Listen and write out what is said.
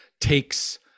takes